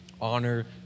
honor